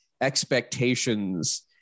expectations